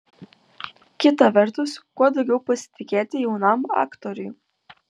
kita vertus kuo daugiau pasitikėti jaunam aktoriui